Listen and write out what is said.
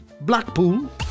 Blackpool